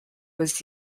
was